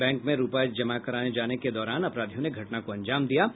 bank में रुपये जमा करने जाने के दौरान अपराधियों ने घटना को अंजाम दिया है